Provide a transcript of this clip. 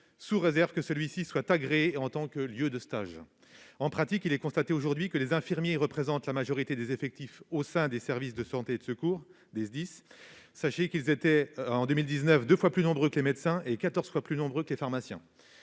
sous réserve que celui-ci soit agréé en tant que lieu de stage. En pratique, les infirmiers représentent la majorité des effectifs au sein des services de santé et de secours des SDIS- sachez que, en 2019, ils étaient deux fois plus nombreux que les médecins, et quatorze fois plus nombreux que les pharmaciens.